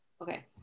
Okay